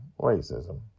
Racism